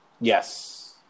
Yes